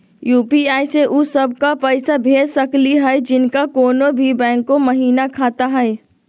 UPI स उ सब क पैसा भेज सकली हई जिनका कोनो भी बैंको महिना खाता हई?